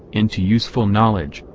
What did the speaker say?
into useful knowledge,